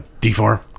D4